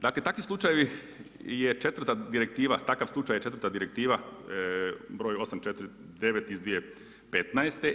Dakle, takvi slučajevi je četvrta direktiva, takav slučaj je četvrta direktiva broj 8. 49 iz 2015.